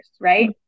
right